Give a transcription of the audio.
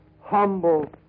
humble